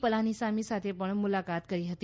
પલાનીસામી સાથે પણ મુલાકાત કરી હતી